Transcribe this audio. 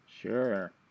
Sure